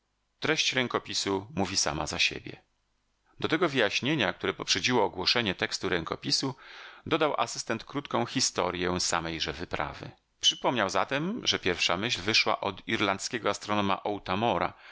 treść rękopisu mówi sama za siebie do tego wyjaśnienia które poprzedziło ogłoszenie tekstu rękopisu dodał asystent krótką historję samejże wyprawy przypomniał zatem że pierwsza myśl wyszła od irlandzkiego astronoma otamora a pierwszym jej